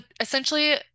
essentially